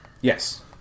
Yes